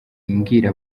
mbwira